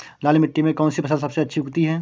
लाल मिट्टी में कौन सी फसल सबसे अच्छी उगती है?